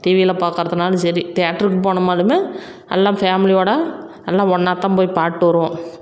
டிவியில் பார்க்குறதுனாலும் சரி தேட்டருக்கு போகணுமாலுமே எல்லாம் ஃபேம்லியோடு எல்லாம் ஒன்றாத்தான் போய் பாத்துட்டு வருவோம்